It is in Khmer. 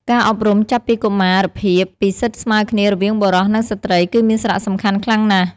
ការអប់រំចាប់ពីកុមារភាពពីសិទ្ធិស្មើគ្នារវាងបុរស និងស្ត្រីគឺមានសារៈសំខាន់ខ្លាំងណាស់។